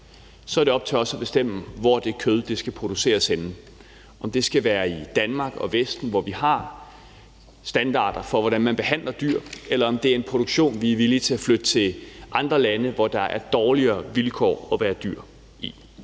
Så er det op til os at bestemme, hvor det kød skal produceres henne, om det skulle være i Danmark og i Vesten, hvor vi har standarder for, hvordan man behandler dyr, eller om det er en produktion, vi er villige til at flytte til andre lande, hvor dyrene har dårligere vilkår. Vi